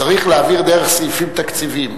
צריך להעביר דרך סעיפים תקציביים.